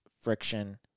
friction